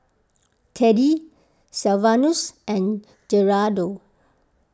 Teddy Sylvanus and Gerardo